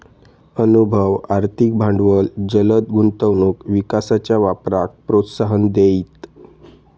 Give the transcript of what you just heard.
अनुभव, आर्थिक भांडवल जलद गुंतवणूक विकासाच्या वापराक प्रोत्साहन देईत